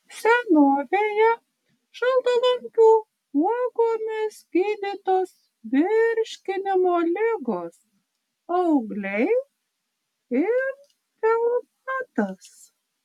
senovėje šaltalankių uogomis gydytos virškinimo ligos augliai ir reumatas